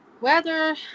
weather